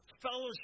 fellowship